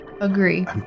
Agree